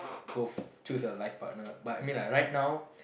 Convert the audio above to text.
go choose a life partner but I mean like right now